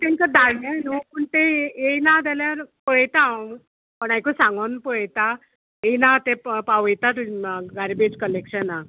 तेंका धाडले न्हू पूण तें येयना जाल्यार पळयता हांव कोणाकूय सांगोन पळयता येयना तें पावयता तुजी गार्बेज कलेक्शनाक